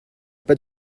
pas